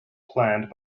planned